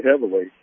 heavily